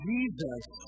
Jesus